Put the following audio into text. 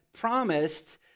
promised